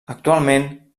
actualment